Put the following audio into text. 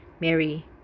Mary